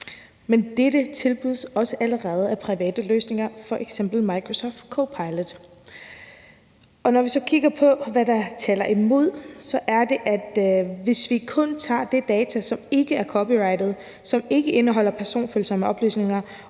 Men dette tilbydes også allerede af private løsninger, f.eks. Microsoft Copilot. Når vi så kigger på, hvad der taler imod det, er det, at hvis vi kun tager de data, som der ikke er copyright på, som ikke indeholder personfølsomme oplysninger,